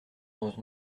dans